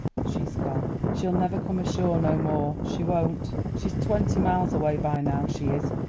she's gone she'll never come ashore no more, she won't. she's twenty miles away by now, she is,